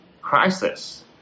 crisis